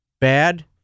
bad